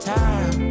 time